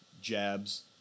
jabs